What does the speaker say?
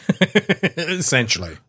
Essentially